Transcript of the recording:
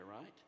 right